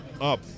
up